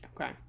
Okay